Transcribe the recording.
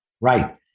Right